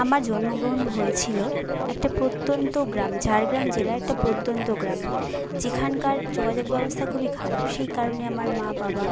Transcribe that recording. আমার জন্মগ্রহণ হয়েছিলো একটা প্রত্যন্ত গ্রামে ঝাড়গ্রাম জেলার একটা প্রত্যন্ত গ্রামে যেখানকার যোগাযোগ ব্যবস্থা খুবই খারাপ সেই কারণে আমার মা বাবা